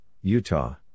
Utah